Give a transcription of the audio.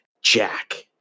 Jack